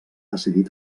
decidir